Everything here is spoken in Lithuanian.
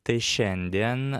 tai šiandien